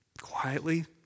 quietly